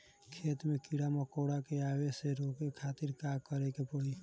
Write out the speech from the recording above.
खेत मे कीड़ा मकोरा के आवे से रोके खातिर का करे के पड़ी?